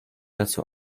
dazu